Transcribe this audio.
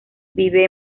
vive